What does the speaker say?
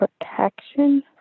protection